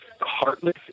heartless